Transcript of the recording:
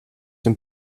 dem